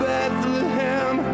Bethlehem